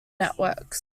networks